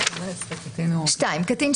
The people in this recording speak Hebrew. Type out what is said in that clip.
השימוש